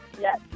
Yes